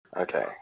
Okay